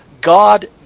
God